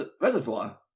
reservoir